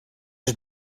het